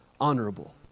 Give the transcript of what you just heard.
honorable